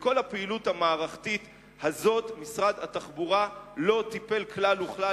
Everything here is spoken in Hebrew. בכל הפעילות המערכתית הזאת משרד התחבורה לא טיפל כלל וכלל.